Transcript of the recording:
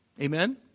Amen